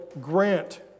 grant